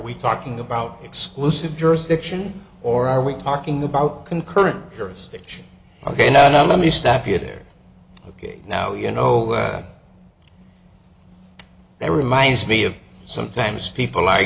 we talking about exclusive jurisdiction or are we talking about concurrent jurisdiction ok now now let me stop you there ok now you know that reminds me of sometimes people like